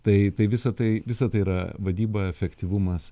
tai tai visa tai visa tai yra vadyba efektyvumas